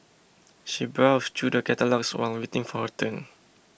she browsed through the catalogues while waiting for her turn